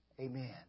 Amen